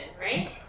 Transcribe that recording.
right